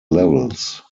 levels